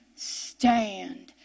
Stand